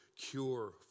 cure